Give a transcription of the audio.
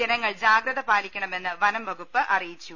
ജനങ്ങൾ ജാഗ്രത പാലിക്കണമെന്ന് വനം വകുപ്പ് അറിയിച്ചു